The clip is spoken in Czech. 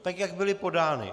Tak, jak byly podány .